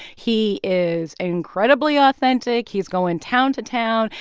he is incredibly authentic. he's going town to town.